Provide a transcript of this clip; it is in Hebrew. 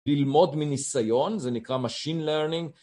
ללמוד מניסיון, זה נקרא Machine Learning